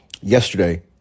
yesterday